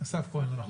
אסף כהן, נכון?